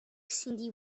cyndi